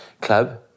club